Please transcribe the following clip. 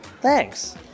thanks